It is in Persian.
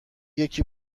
یکی